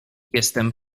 jestem